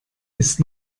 ist